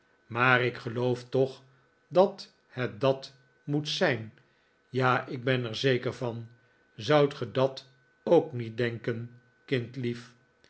maar ik geloof toch dat het dat moet zijn ja ik ben er zeker van zoudt ge dat ook niet denken